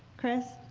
chris?